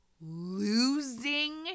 losing